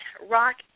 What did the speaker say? rock